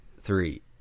three